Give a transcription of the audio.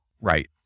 Right